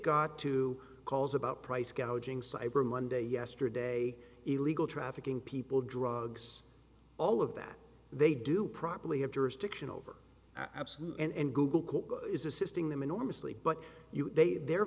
got two calls about price gouging cyber monday yesterday illegal trafficking people drugs all of that they do properly have jurisdiction over absolute and google is assisting them enormously but they their